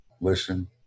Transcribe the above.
listen